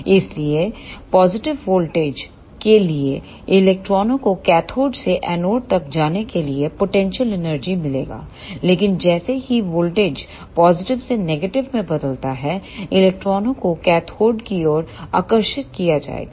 इसलिए positive voltage के लिए इलेक्ट्रॉनों को कैथोड से एनोड तक जाने के लिए पोटेंशियल एनर्जी मिलेगी लेकिन जैसे ही वोल्टेज पॉजिटिव से नेगेटिव में बदलता है इलेक्ट्रॉनों को कैथोड की ओर आकर्षित किया जाएगा